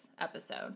episode